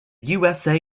usa